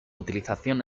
utilización